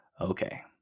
Okay